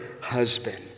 husband